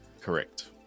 Correct